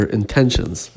intentions